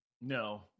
No